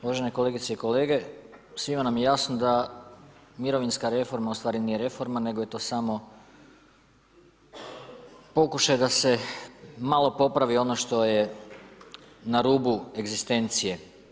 Uvažene kolegice i kolege, svima nam je jasno da mirovinska reforma ustvari nije reforma nego je to samo pokušaj da se malo popravi ono što je na rubu egzistencije.